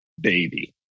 baby